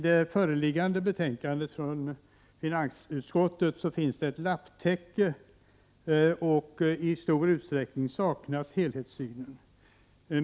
Det föreliggande betänkandet från finansutskottet är ett lapptäcke, och i stor utsträckning saknas helhetssynen.